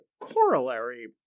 corollary